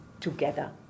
together